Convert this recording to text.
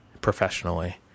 professionally